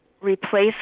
replace